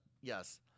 yes